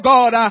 God